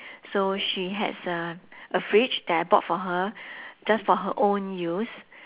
so she has a a fridge that I bought for her just for her own use